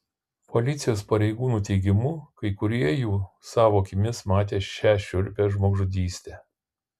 policijos pareigūnų teigimu kai kurie jų savo akimis matė šią šiurpią žmogžudystę